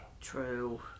True